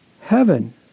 heaven